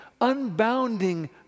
unbounding